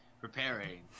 preparing